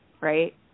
Right